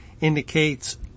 indicates